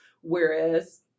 Whereas